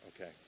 Okay